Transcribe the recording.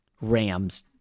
Rams